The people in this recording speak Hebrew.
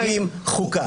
מחוקקים חוקה".